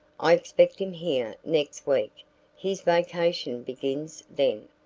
i expect him here next week his vacation begins then.